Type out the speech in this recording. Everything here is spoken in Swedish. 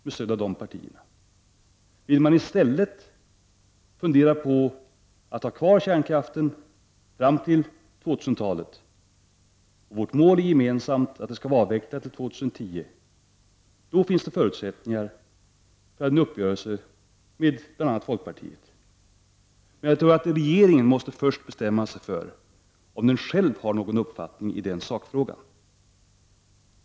Funderar regeringen i stället på att ha kvar kärnkraften fram till 2000-talet — vårt gemensamma mål är att den skall vara avvecklad till år 2010 — finns det förutsättningar för en uppgörelse med bl.a. folkpartiet. Men regeringen måste först bestämma sig för om den själv har någon uppfattning i sakfrågan.